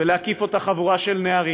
ולהקיף אותה, חבורה של נערים,